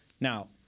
Now